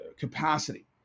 capacity